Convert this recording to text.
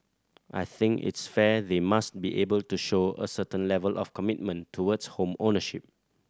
I think it's fair they must be able to show a certain level of commitment towards home ownership